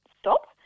stop